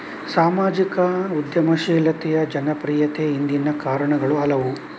ಸಾಮಾಜಿಕ ಉದ್ಯಮಶೀಲತೆಯ ಜನಪ್ರಿಯತೆಯ ಹಿಂದಿನ ಕಾರಣಗಳು ಹಲವು